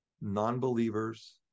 non-believers